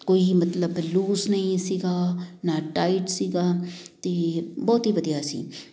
ਕੋਈ ਮਤਲਬ ਲੂਸ ਨਹੀਂ ਸੀਗਾ ਨਾ ਟਾਈਟ ਸੀਗਾ ਅਤੇ ਬਹੁਤ ਹੀ ਵਧੀਆ ਸੀ